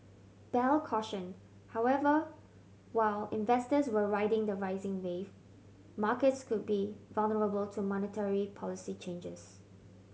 bell cautioned however while investors were riding the rising wave markets could be vulnerable to monetary policy changes